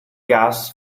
gas